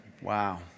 Wow